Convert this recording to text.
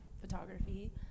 photography